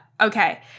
okay